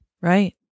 Right